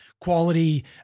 quality